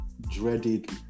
dreaded